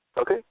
Okay